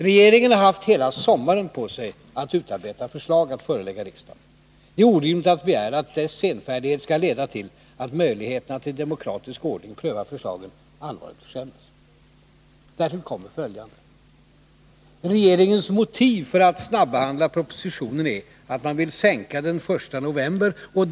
Regeringen har haft hela sommaren på sig att utarbeta förslag. Det är orimligt att begära att dess senfärdighet skall leda till att möjligheterna att i demokratisk ordning pröva förslagen allvarligt försämras. Därtill kommer följande: Regeringens motiv för att snabbehandla propositionen är att man vill sänka momsen den 1 november.